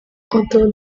although